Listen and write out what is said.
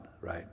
right